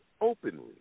openly